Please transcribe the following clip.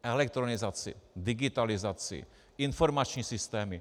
Elektronizaci, digitalizaci, informační systémy.